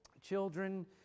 children